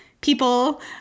people